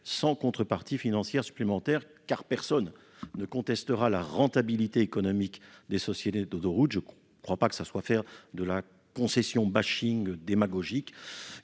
sans contreparties financières supplémentaires, car personne ne contestera la rentabilité économique des sociétés d'autoroutes. Ce n'est pas faire du concession démagogique